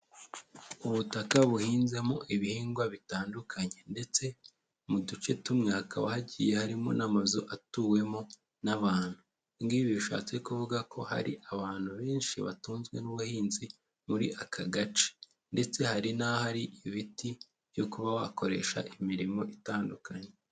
Ubutaka buhinzemo ibihingwa bitandukanye ndetse mu duce tumwe hakaba hagiye harimo n'amazu atuwemo n'abantu. Ibi ngibi bishatse kuvuga ko hari abantu benshi batunzwe n'ubuhinzi muri aka gace ndetse hari n'ahari ibiti byo kuba wakoresha imirimo itandukanye.